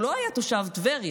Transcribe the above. הוא לא היה תושב טבריה,